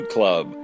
Club